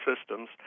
systems